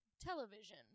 television